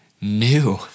new